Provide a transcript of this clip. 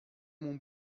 mon